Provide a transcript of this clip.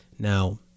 Now